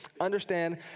understand